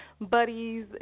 buddies